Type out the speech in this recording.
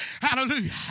hallelujah